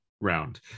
round